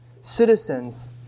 citizens